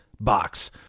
box